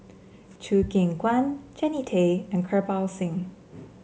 Choo Keng Kwang Jannie Tay and Kirpal Singh